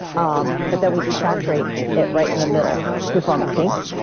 um but then, we desaturate it right in the middle to form a kink.